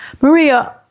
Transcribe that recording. Maria